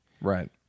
Right